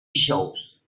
shows